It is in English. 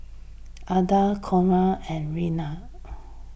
Ilda Conard and Reina